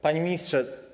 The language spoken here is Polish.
Panie Ministrze!